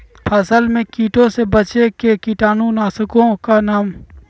फसल में कीटों से बचे के कीटाणु नाशक ओं का नाम?